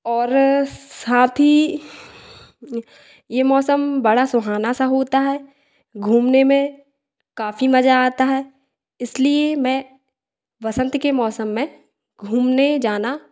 और साथ ही यह मौसम बड़ा सुहाना सा होता है घूमने में काफी मज़ा आता है इसलिए मैं बसंत के मौसम में घूमने जाना